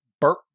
Burt